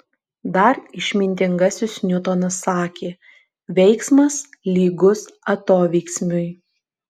dar išmintingasis niutonas sakė veiksmas lygus atoveiksmiui